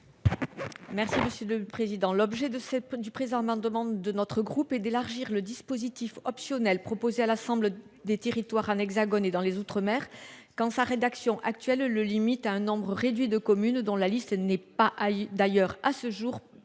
Merci Monsieur le Président, l'objet de cette du président roumain, demande de notre groupe et d'élargir le dispositif optionnel proposée à l'assemblée des territoires un hexagone et dans les outre-mer quand sa rédaction actuelle le limite à un nombre réduit de communes dont la liste n'est pas d'ailleurs à ce jour connu dans